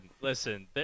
listen